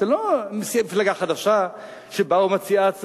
זו לא מפלגה חדשה שבאה ומציעה הצעה,